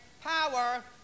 power